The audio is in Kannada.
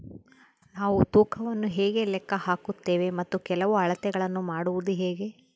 ನಾವು ತೂಕವನ್ನು ಹೇಗೆ ಲೆಕ್ಕ ಹಾಕುತ್ತೇವೆ ಮತ್ತು ಕೆಲವು ಅಳತೆಗಳನ್ನು ಮಾಡುವುದು ಹೇಗೆ?